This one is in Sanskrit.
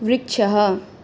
वृक्षः